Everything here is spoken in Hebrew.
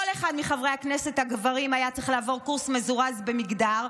כל אחד מחברי הכנסת הגברים היה צריך לעבור קורס מזורז במגדר,